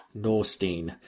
Norstein